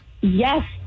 yes